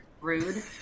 Rude